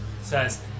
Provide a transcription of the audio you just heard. says